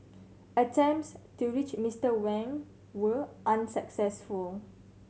attempts to reach Mister Wang were unsuccessful